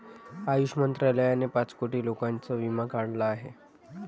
आयुष मंत्रालयाने पाच कोटी लोकांचा विमा काढला आहे